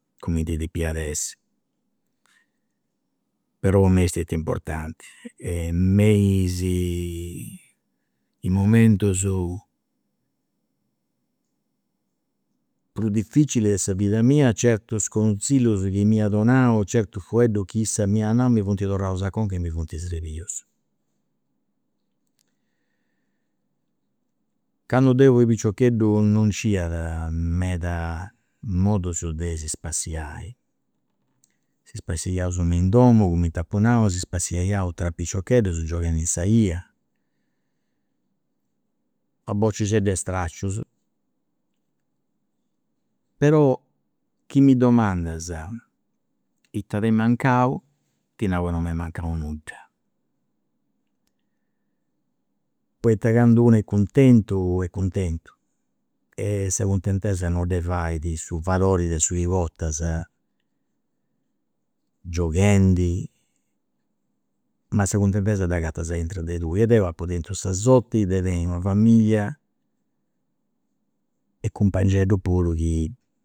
Cumenti depiat essi. Però m'est stetia importanti e me is momentus prus difficili de sa vida mia certus consillus chi m'iat donau certu fueddus chi issa m'at nau mi funt torraus a conca e mi funt srebius. Candu deu fia piciocheddu non c'iat meda modus de si spassiai, si spassiaus me in domu cumenti apu nau si spassiaius tra piciocheddus gioghendi in sa 'ia a bociteddas de istraccius, però chi mi domandas ita t'est mancau ti nau chi non m'est mancau nudda, poita candu unu est cuntentu est cuntentu e sa cuntentesa non dda fait su valori de 'su chi portas gioghendi, ma sa cuntentesa d'agatas aintru de tui e deu apu tentu sa sorti de tenni una familia, e cumpangeddus puru chi